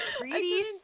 Greedy